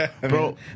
bro